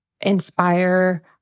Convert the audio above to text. inspire